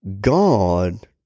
God